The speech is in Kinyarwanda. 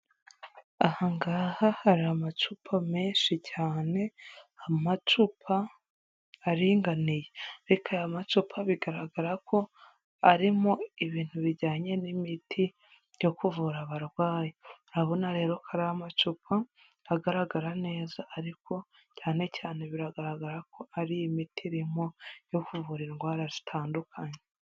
Aha ngaha hari amacupa menshi cyane, amacupa aringaniye, reka aya macupa bigaragara ko arimo ibintu bijyanye n'imiti byo kuvura abarwayi, urabona rero ko ari amacupa agaragara neza, ariko cyane cyane biragaragara ko ari imiti irimo yo kuvuvura indwara zitandukanye.